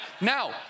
Now